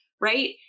right